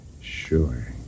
sure